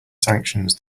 sanctions